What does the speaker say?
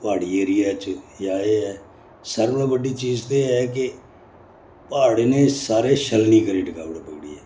प्हाड़ी एरियै च जां एह् ऐ सारें कोला बड्डी चीज ते एह् ऐ कि प्हाड़ इ'नें सारे छलनी करी टकाई ओड़े गुड्डियै